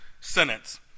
sentence